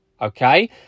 okay